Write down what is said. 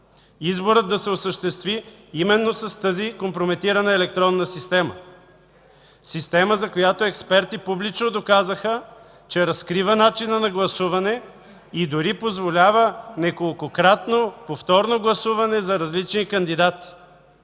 изборът да се осъществи именно с тази компрометирана електронна система – система, за която експерти публично доказаха, че разкрива начина на гласуване и дори позволява неколкократно повторно гласуване за различни кандидати.